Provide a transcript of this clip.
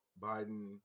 Biden